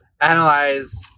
analyze